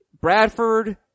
Bradford